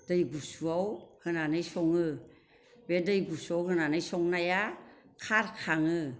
दै गुसुआव होनानै सङो बे दै गुसुआव होनानै संनाया खारखाङो